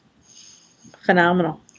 Phenomenal